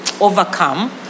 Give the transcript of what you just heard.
overcome